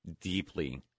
deeply